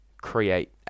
Create